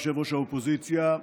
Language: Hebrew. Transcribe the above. ראש האופוזיציה,